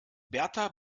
berta